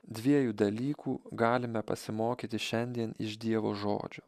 dviejų dalykų galime pasimokyti šiandien iš dievo žodžio